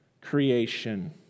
creation